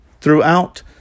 Throughout